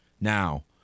Now